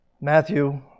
Matthew